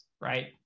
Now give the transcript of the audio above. right